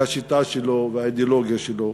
והשיטה שלו, והאידיאולוגיה שלו,